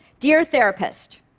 dear therapist,